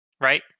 Right